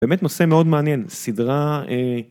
באמת נושא מאוד מעניין, סדרה אממ...